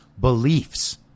beliefs